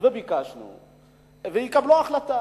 שיקבלו החלטה.